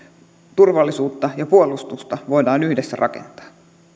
turvallisuutta ja puolustusta voidaan yhdessä rakentaa